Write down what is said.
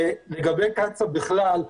לגבי קצ"א בכלל,